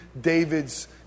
David's